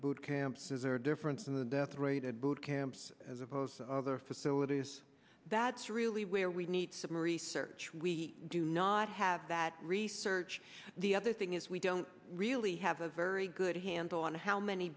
boot camp says are difference in the death rate at boot camps as opposed to other facilities that's really where we need some research we do not have that research the other thing is we don't really have a very good handle on how many